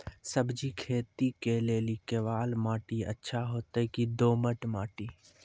सब्जी खेती के लेली केवाल माटी अच्छा होते की दोमट माटी?